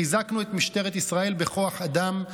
חיזקנו את משטרת ישראל בכוח אדם,